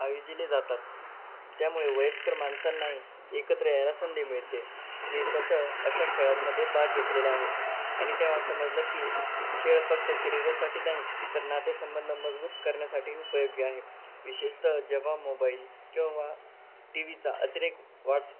आयोजीले जातात त्यामुळे वयस्कर माणसांनाही एकत्र यायला संंधी मिळते मी स्वत अशा खेळांमध्ये भाग घेतलेला आहे आणि तेव्हा समजलं की खेळ फक्त शरीरासाठी नाही तर नातेसंबंध मजबूत करण्यासाठी उपयोगी आहे विशेषत जेव्हा मोबाईल किंवा टी व्हीचा अतिरेक वाट